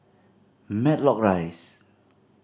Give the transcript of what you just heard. Matlock Rise